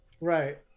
Right